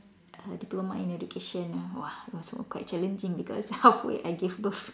uh diploma in education ah !wah! it was so quite challenging because halfway I gave birth